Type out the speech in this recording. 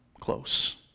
close